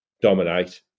dominate